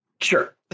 Sure